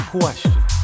question